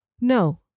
No